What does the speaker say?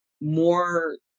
more